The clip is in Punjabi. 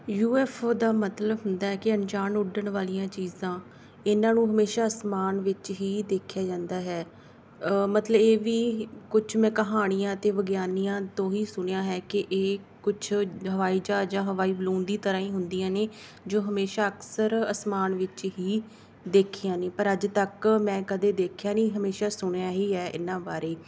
ਯੂ ਐਫ ਓ ਦਾ ਮਤਲਬ ਹੁੰਦਾ ਕਿ ਅਣਜਾਣ ਉੱਡਣ ਵਾਲੀਆਂ ਚੀਜ਼ਾਂ ਇਹਨਾਂ ਨੂੰ ਹਮੇਸ਼ਾ ਅਸਮਾਨ ਵਿੱਚ ਹੀ ਦੇਖਿਆ ਜਾਂਦਾ ਹੈ ਮਤਲਬ ਇਹ ਵੀ ਕੁਝ ਮੈਂ ਕਹਾਣੀਆਂ ਅਤੇ ਵਿਗਿਆਨੀਆਂ ਤੋਂ ਹੀ ਸੁਣਿਆ ਹੈ ਕਿ ਇਹ ਕੁਝ ਹਵਾਈ ਜਹਾਜ ਜਾਂ ਹਵਾਈ ਬਲੂਨ ਦੀ ਤਰ੍ਹਾਂ ਹੀ ਹੁੰਦੀਆਂ ਨੇ ਜੋ ਹਮੇਸ਼ਾ ਅਕਸਰ ਅਸਮਾਨ ਵਿੱਚ ਹੀ ਦੇਖੀਆਂ ਨੇ ਪਰ ਅੱਜ ਤੱਕ ਮੈਂ ਕਦੇ ਦੇਖਿਆ ਨਹੀਂ ਹਮੇਸ਼ਾ ਸੁਣਿਆ ਹੀ ਹੈ ਇਹਨਾਂ ਬਾਰੇ